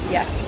Yes